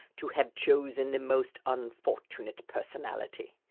to have chosen the most unfortunate personality!